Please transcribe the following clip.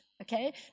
okay